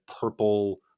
purple